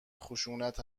خشونت